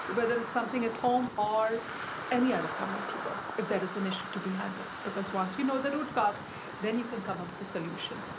but whether it's something at home or any other community work, if there is an issue to be handled. because once you know the root cause then you can come up with the solution.